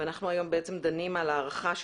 ואנחנו היום דנים על הארכתה.